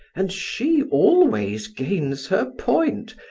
and she always gains her point,